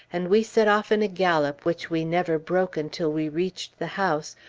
and we set off in a gallop which we never broke until we reached the house,